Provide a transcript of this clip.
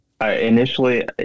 Initially